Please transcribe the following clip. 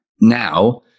now